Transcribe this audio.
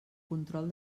control